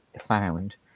found